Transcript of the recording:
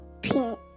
Pink